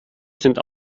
sind